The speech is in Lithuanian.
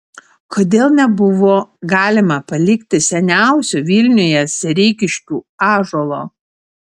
kodėl nebuvo galima palikti seniausio vilniuje sereikiškių ąžuolo